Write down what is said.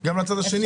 גם לצד השני.